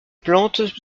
plante